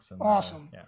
awesome